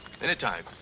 Anytime